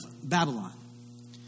Babylon